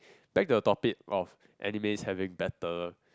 back to the topic of animes having better